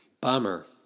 bummer